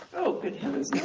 oh, good heavens,